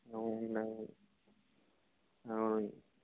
అవునండి అవును అవునండి